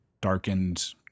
darkened